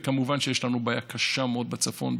כמובן שיש לנו בעיה קשה מאוד בצפון,